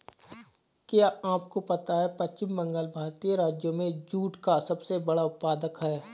क्या आपको पता है पश्चिम बंगाल भारतीय राज्यों में जूट का सबसे बड़ा उत्पादक है?